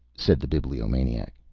said the bibliomaniac.